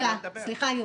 יהודה,